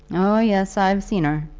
oh, yes i've seen her,